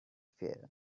fear